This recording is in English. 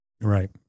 right